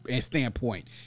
standpoint